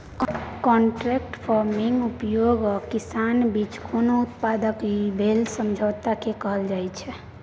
contract farming उद्योग आ किसानक बीच कोनो उत्पाद लेल भेल समझौताकेँ कहल जाइ छै